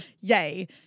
yay